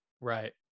Right